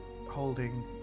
holding